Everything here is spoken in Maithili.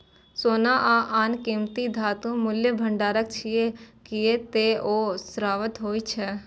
सोना आ आन कीमती धातु मूल्यक भंडार छियै, कियै ते ओ शाश्वत होइ छै